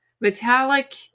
Metallic